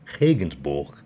Regensburg